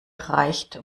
reicht